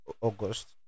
august